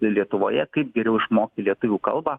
lietuvoje kaip geriau išmokti lietuvių kalbą